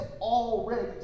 already